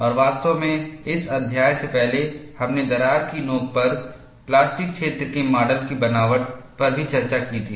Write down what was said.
और वास्तव में इस अध्याय से पहले हमने दरार की नोक पर प्लास्टिक क्षेत्र के मॉडल की बनावट पर भी चर्चा की थी